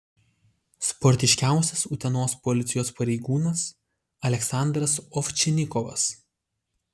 sportiškiausias utenos policijos pareigūnas aleksandras ovčinikovas